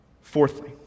Fourthly